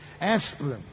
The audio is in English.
aspirin